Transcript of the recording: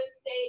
state